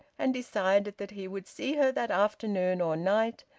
and decided that he would see her that afternoon or night,